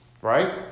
right